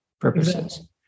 purposes